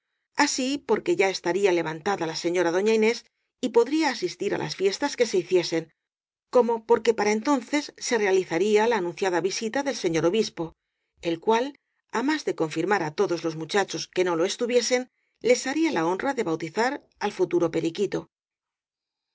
así porque ya estaría levantada la señora doña inés y podría asistir á las fiestas que se hiciesen como porque para entonces se realizaba la anunciada visita del señor obispo el cual á más de confirmar á todos los muchachos que no lo estuviesen les haría la honra de bautizar al futuro periquito